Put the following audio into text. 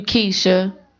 Keisha